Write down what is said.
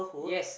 yes